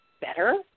better